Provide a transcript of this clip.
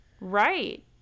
Right